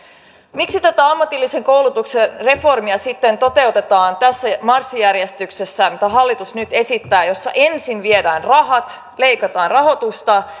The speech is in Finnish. miksi tätä ammatillisen koulutuksen reformia sitten toteutetaan tässä marssijärjestyksessä jota hallitus nyt esittää jossa ensin viedään rahat leikataan rahoitusta